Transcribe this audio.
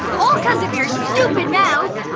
all cuz of your stupid mouth.